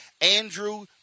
andrew